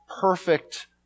perfect